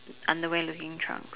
underwear looking trunks